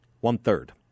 One-third